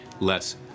less